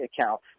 account